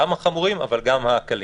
גם החמורים וגם הקלים.